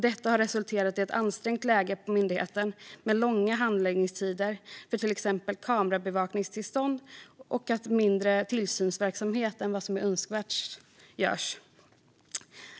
Detta har resulterat i ett ansträngt läge på myndigheten, med långa handläggningstider för exempelvis kamerabevakningstillstånd, och i att önskvärd tillsynsverksamhet inte har utförts.